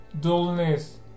dullness